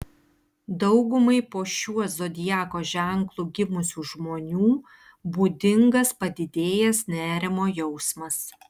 daugumai po šiuo zodiako ženklu gimusių žmonių būdingas padidėjęs nerimo jausmas